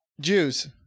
Jews